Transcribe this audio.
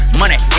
money